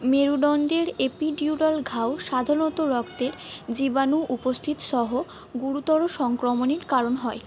মেরুদণ্ডের এপিডিউরাল ঘাও সাধারণত রক্তের জীবাণু উপস্থিতসহ গুরুতর সংক্রমণের কারণে হয়